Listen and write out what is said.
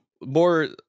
more